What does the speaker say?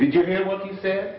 did you hear what you said